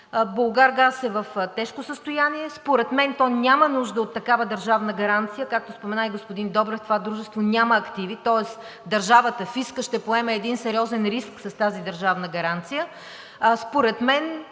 „Булгаргаз“ е в тежко състояние. Според мен то няма нужда от такава държавна гаранция. Както спомена и господин Добрев, това дружество няма активи, тоест държавата, фискът ще поеме един сериозен риск с тази държавна гаранция. Нека да не